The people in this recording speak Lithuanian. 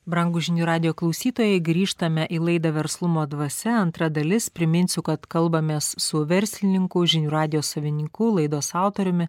brangūs žinių radijo klausytojai grįžtame į laidą verslumo dvasia antra dalis priminsiu kad kalbamės su verslininku žinių radijo savininku laidos autoriumi